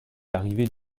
arriver